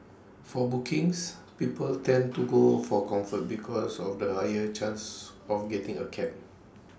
for bookings people tend to go for comfort because of the higher chance of getting A cab